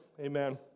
Amen